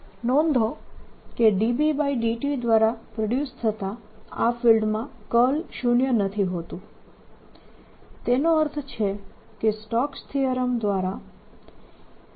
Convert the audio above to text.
rt 14πB r∂t×r rr r3dV નોંધો કે B∂t દ્વારા પ્રોડ્યુસ થતા આ ફિલ્ડમાં કર્લ શૂન્ય નથી હોતું તેનો અર્થ છે કે સ્ટોક્સ થીયરમ Stokes' theorem દ્વારા E